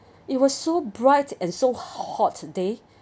it was so bright and so hot day